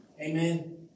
Amen